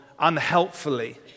unhelpfully